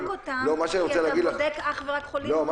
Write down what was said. אותם כי אתה בודק אך ורק חולים מאומתים.